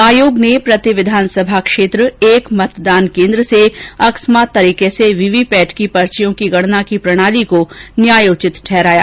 आयोग ने प्रति विधानसभा क्षेत्र के एक मतदान केन्द्र से अकस्मात तरीके से वीवीपैट की पर्चियों की गणना की प्रणाली को न्यायोचित ठहराया